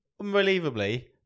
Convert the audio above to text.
unbelievably